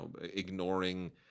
ignoring